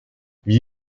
wie